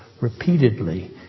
repeatedly